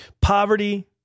poverty